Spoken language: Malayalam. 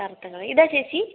കറുത്ത കളർ ഇതാണോ ചേച്ചി